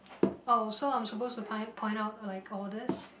oh so I'm supposed to point point out like all this